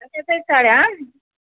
तसेच आहे साड्या हां